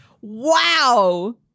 Wow